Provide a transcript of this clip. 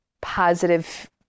positive